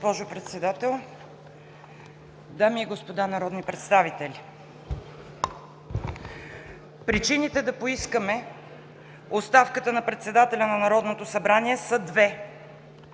дами и господа народни представители! Причините да поискаме оставката на председателя на Народното събрание са две.